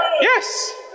Yes